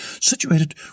situated